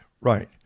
Right